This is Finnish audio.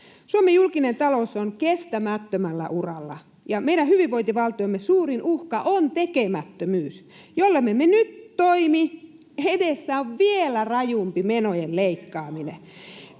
Suomen julkinen talous on kestämättömällä uralla, ja meidän hyvinvointivaltiomme suurin uhka on tekemättömyys. Jollemme me nyt toimi, edessä on vielä rajumpi menojen leikkaaminen.